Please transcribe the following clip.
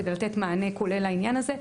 כדי לתת מענה כולל לעניין הזה.